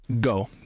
go